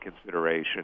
consideration